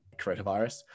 coronavirus